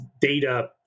data